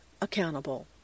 accountable